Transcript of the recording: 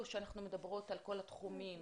או שאנחנו מדברות על כל התחומים.